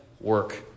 work